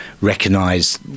recognise